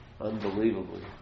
unbelievably